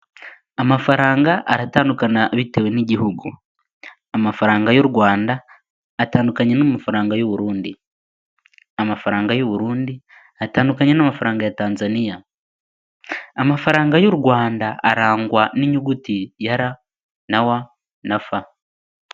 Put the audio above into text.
Amafaranga aratandukana bitewe n'igihugu, amafaranga y'u Rwanda atandukanye n'amafaranga y'u Burundi, amafaranga y'u Burundi atandukanye n'amafaranga ya Tanzania, amafaranga y'u Rwanda arangwa n'inyuguti ya r na w na f.